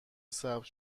ثبت